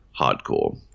hardcore